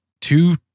two